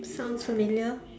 sounds familiar